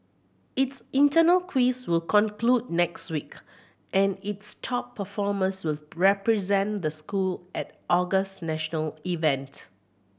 its internal quiz will conclude next week and its top performers will represent the school at August national event